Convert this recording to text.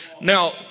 Now